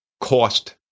cost